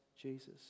Jesus